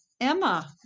Emma